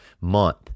month